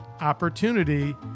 opportunity